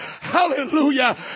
Hallelujah